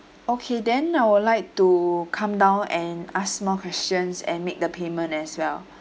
okay then I would like to come down and ask more questions and make the payment as well